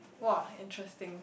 !wah! interesting